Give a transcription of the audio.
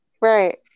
Right